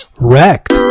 Wrecked